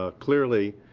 ah clearly,